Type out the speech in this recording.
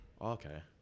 okay